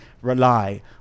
rely